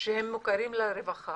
שהן מוכרות לרווחה